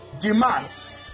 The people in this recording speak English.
demands